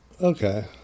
Okay